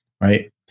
Right